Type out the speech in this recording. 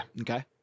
Okay